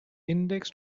index